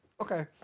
Okay